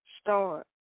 start